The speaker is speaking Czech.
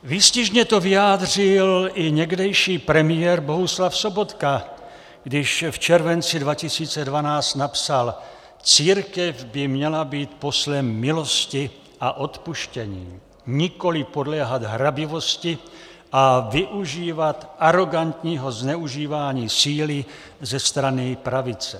Výstižně to vyjádřil i někdejší premiér Bohuslav Sobotka, když v červenci 2012 napsal: Církev by měla být poslem milosti a odpuštění, nikoliv podléhat hrabivosti a využívat arogantního zneužívání síly ze strany pravice.